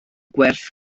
gwerth